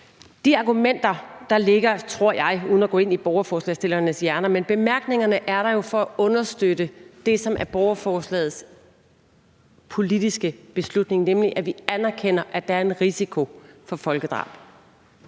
De argumenter, der ligger, og bemærkningerne, tror jeg, uden at gå ind i borgerforslagsstillernes hjerner, er der jo for at understøtte det, som skal være borgerforslagets politiske beslutning, nemlig at vi anerkender, at der er en risiko for folkedrab.